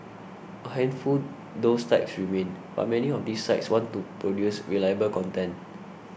a handful those types remain but many of these sites want to produce reliable content